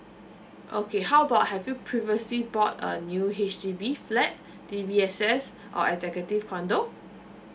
okay how about have you previously bought a new H_D_B flat D_B_S_S or executive condominium